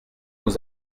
aux